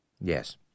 Yes